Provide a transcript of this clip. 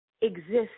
exist